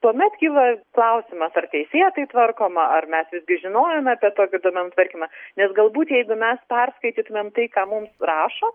tuomet kyla klausimas ar teisėtai tvarkoma ar mes visgi žinojom apie tokį duomenų tvarkymą nes galbūt jeigu mes perskaitytumėm tai ką mums rašo